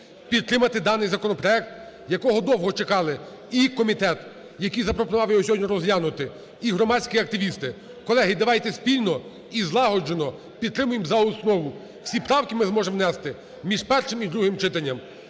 підтримати даний законопроект, якого довго чекали і комітет, який запропонував його сьогодні розглянути, і громадські активісти. Колеги, давайте спільно і злагоджено підтримаємо за основу, всі правки ми зможемо внести між першим і другим читанням.